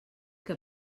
que